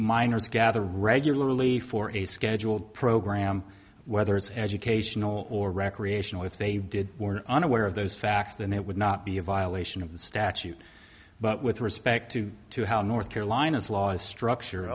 minors gather regularly for a scheduled program whether it's educational or recreational if they did were unaware of those facts then it would not be a violation of the statute but with respect to to how north carolina's laws structure